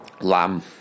Lamb